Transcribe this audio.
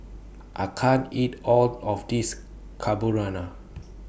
I can't eat All of This Carbonara